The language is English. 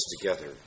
together